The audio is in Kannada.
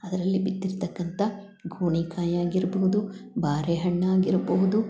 ಅದರಲ್ಲಿ ಬಿದ್ದಿರತಕ್ಕಂತ ಗೋಣಿ ಕಾಯಿ ಆಗಿರ್ಬೋದು ಬಾರೆ ಹಣ್ಣಾಗಿರ್ಬೋದು